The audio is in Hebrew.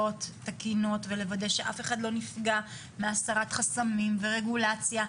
תקינות ולוודא שאף אחד לא נפגע מהסרת חסמים ורגולציה.